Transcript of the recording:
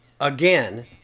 Again